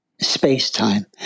Space-time